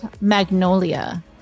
Magnolia